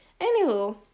anywho